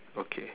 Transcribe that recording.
okay